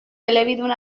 elebidun